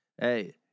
Hey